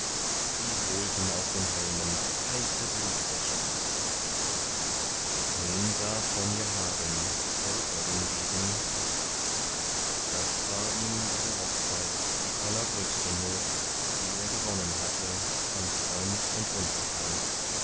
sie holten aus den helmen heiße blutbäche da nun sah von tronje hagen volker den degen tot das war ihm bei der hochzeit die allergrößte not die er gewonnen hatte an freund und untertan